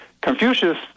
Confucius